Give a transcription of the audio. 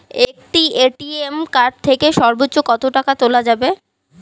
একটি ATM card থেকে সর্বোচ্চ কত টাকা তোলা যাবে?